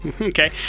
Okay